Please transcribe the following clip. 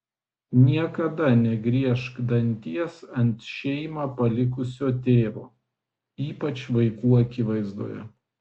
niekada negriežk danties ant šeimą palikusio tėvo ypač vaikų akivaizdoje